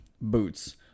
boots